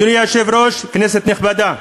אדוני היושב-ראש, כנסת נכבדה,